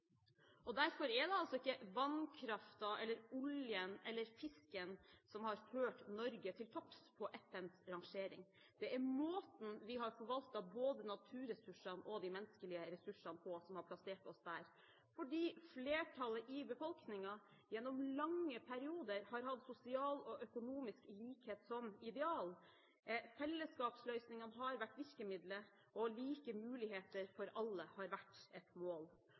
dele. Derfor er det altså ikke vannkraften eller oljen eller fisken som har ført Norge til topps i FNs rangering. Det er måten vi har forvaltet både naturressursene og de menneskelige ressursene på, som har plassert oss der, fordi flertallet i befolkningen gjennom lange perioder har hatt sosial og økonomisk likhet som ideal – der fellesskapsløsningene har vært virkemiddelet – og fordi like muligheter for alle har vært et mål.